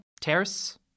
Terrace